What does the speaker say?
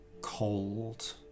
cold